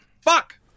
Fuck